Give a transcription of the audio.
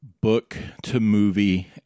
book-to-movie